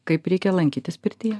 kaip reikia lankytis pirtyje